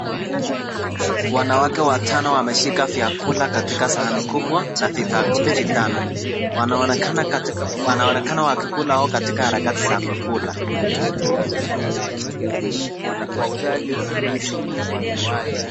Wanawake watano wameshika vyakula katika sahani kubwa na vibakuli vitano, wanaonekana wakikula au katika harakati za kukula.